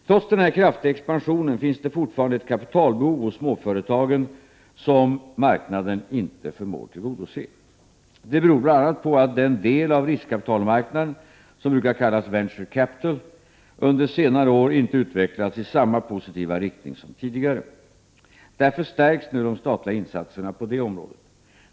Trots denna kraftiga expansion finns det fortfarande ett kapitalbehov hos småföretagen som marknaden inte förmår tillgodose. Det beror bl.a. på att den del av riskkapitalmarknaden som brukar kallas venture capital-marknaden under senare år inte utvecklats i samma positiva riktning som tidigare. Därför stärks nu de statliga insatserna på det området.